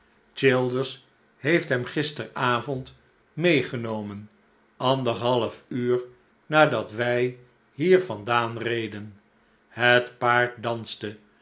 childers heeft hem gisteravond meegenomen anderhalf uur nadat wij hier vandaan reden het paard danste